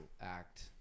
act